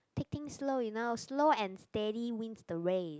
take things slow you now slow and steady wins the race